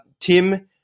Tim